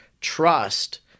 trust